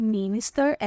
minister